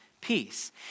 peace